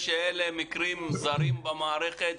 אני מאוד מקווה שאלה מקרים מוזרים במערכת,